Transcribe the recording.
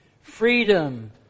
Freedom